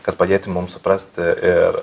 kad padėti mums suprasti ir